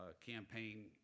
campaign